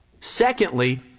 Secondly